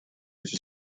эти